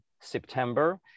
september